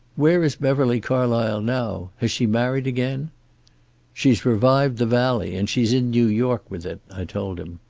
where is beverly carlysle now? has she married again she's revived the valley, and she's in new york with it i told him.